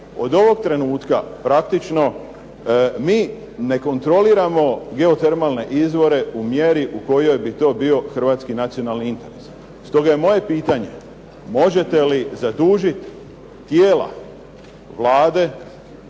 od ovog trenutka praktično mi ne kontroliramo geotermalne izvore u mjeri u kojoj bi to bio hrvatski nacionalni interes. Stoga je moje pitanje možete li zadužiti tijela Vlade